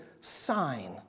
sign